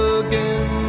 again